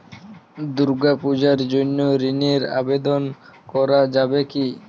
দুর্গাপূজার জন্য ঋণের আবেদন করা যাবে কি?